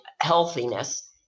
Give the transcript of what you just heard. healthiness